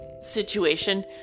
Situation